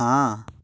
हाँ